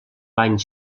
bany